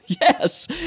Yes